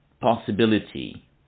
possibility